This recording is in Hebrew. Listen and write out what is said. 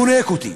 חונק אותי,